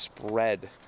Spread